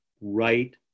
right